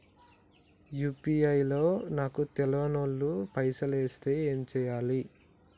UPI లో నాకు తెల్వనోళ్లు పైసల్ ఎస్తే ఏం చేయాలి?